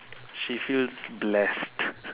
she feels blessed